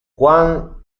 juan